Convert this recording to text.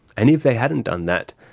and if they hadn't done that,